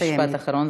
משפט אחרון,